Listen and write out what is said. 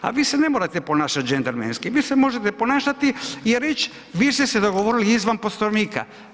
A vi se ne morate ponašat džentlmenski, vi se možete ponašati i reć vi ste se dogovorili izvan Poslovnika.